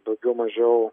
daugiau mažiau